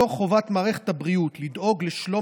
מתוך חובת מערכת הבריאות לדאוג לשלום